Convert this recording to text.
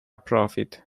profit